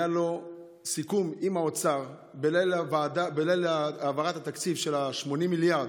היה לו סיכום עם האוצר בליל העברת התקציב של ה-80 מיליארד: